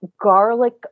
garlic